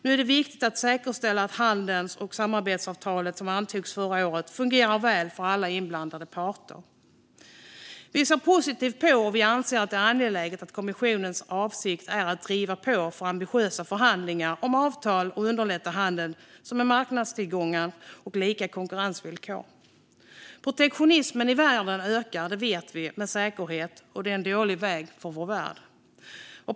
Nu är det viktigt att säkerställa att det handels och samarbetsavtal som antogs förra året fungerar väl för alla inblandade parter. Vi ser positivt på och vi anser att det är angeläget att kommissionens avsikt är att driva på för ambitiösa förhandlingar om avtal och underlätta handel, marknadstillgång och lika konkurrensvillkor. Protektionismen i världen ökar. Detta vet vi med säkerhet, och det är en dålig väg för vår värld.